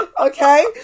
Okay